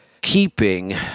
keeping